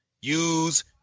use